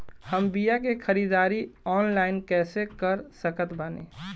हम बीया के ख़रीदारी ऑनलाइन कैसे कर सकत बानी?